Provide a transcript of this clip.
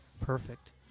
Perfect